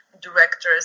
directors